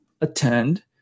attend